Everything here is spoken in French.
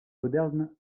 moderne